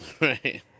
Right